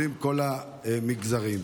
מכל המגזרים,